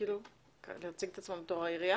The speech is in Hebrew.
להציג עצמם כעירייה